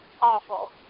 awful